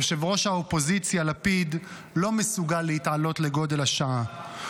ראש האופוזיציה לפיד לא מסוגל להתעלות לגודל השעה.